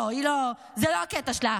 לא, היא לא, זה לא הקטע שלה.